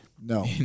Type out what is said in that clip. No